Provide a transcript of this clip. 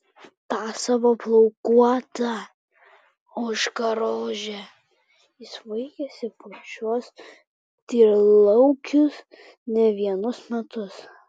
tą savo plaukuotą ožkarožę jis vaikėsi po šiuos tyrlaukius ne vienus metus